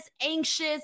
anxious